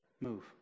move